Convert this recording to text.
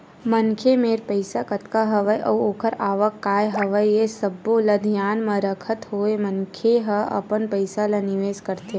मनखे मेर पइसा कतका हवय अउ ओखर आवक काय हवय ये सब्बो ल धियान म रखत होय मनखे ह अपन पइसा ल निवेस करथे